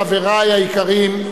חברי היקרים,